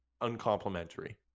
uncomplimentary